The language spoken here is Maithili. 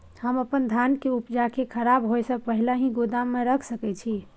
हम अपन धान के उपजा के खराब होय से पहिले ही गोदाम में रख सके छी?